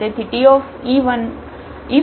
તેથી Te1